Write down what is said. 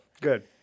Good